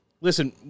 listen